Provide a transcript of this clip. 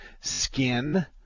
Skin